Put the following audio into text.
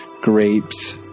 grapes